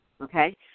Okay